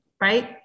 right